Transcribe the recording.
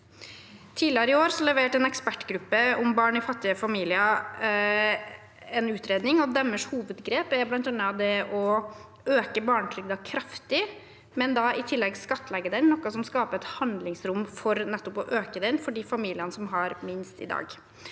Tidligere i år leverte en ekspertgruppe om barn i fattige familier en utredning, og deres hovedgrep er bl.a. å øke barnetrygden kraftig, men i tillegg skattlegge den, noe som skaper et handlingsrom for nettopp å øke den for de familiene som har minst i dag.